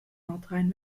nordrhein